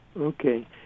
Okay